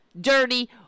dirty